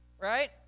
right